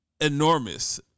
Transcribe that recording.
enormous